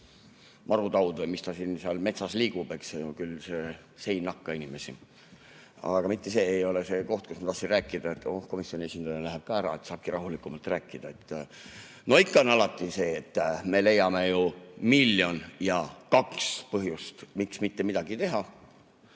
marutaud või mis seal metsas liigub! See ei nakata inimesi. Aga mitte see ei ole see, millest ma tahtsin rääkida. Oo, komisjoni esindaja läheb ka ära, nii et saabki rahulikumalt rääkida.No ikka on alati nii, et me leiame ju miljon ja kaks põhjust, miks mitte midagi teha.